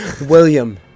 William